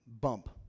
bump